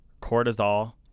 cortisol